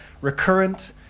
recurrent